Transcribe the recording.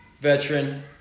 veteran